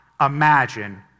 imagine